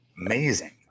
Amazing